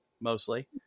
mostly